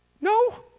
No